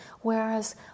Whereas